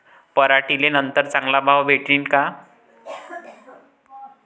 पराटीले नंतर चांगला भाव भेटीन का?